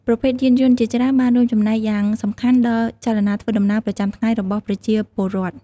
ប្រភេទយានយន្តជាច្រើនបានរួមចំណែកយ៉ាងសំខាន់ដល់ចលនាធ្វើដំណើរប្រចាំថ្ងៃរបស់ប្រជាពលរដ្ឋ។